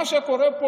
מה שקורה פה,